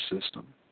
system